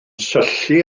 syllu